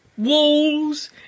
walls